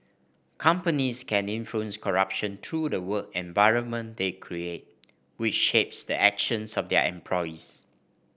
companies can influence corruption through the work environment they create which shapes the actions of their employees